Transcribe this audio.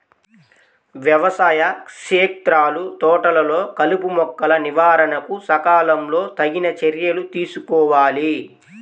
వ్యవసాయ క్షేత్రాలు, తోటలలో కలుపుమొక్కల నివారణకు సకాలంలో తగిన చర్యలు తీసుకోవాలి